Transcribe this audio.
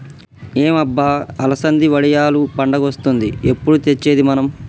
ఏం అబ్బ అలసంది వడియాలు పండగొస్తాంది ఎప్పుడు తెచ్చేది మనం